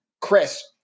Chris